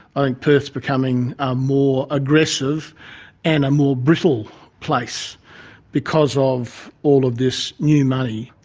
i think perth's becoming a more aggressive and a more brittle place because of all of this new money.